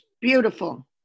beautiful